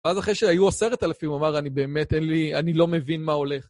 ואז אחרי שהיו עשרת אלפים אמר אני באמת אין לי, אני לא מבין מה הולך.